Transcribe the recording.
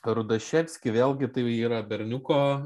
rudaševskį vėlgi tai yra berniuko